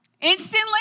instantly